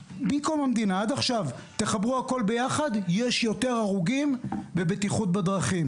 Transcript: מדובר בתוכנית לאומית רב-שנתית למאבק בתאונות הדרכים.